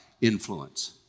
influence